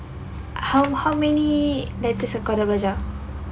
how many letters dah kau dah belajar